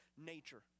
nature